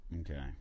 Okay